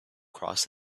across